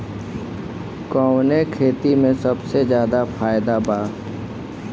कवने खेती में सबसे ज्यादा फायदा बा?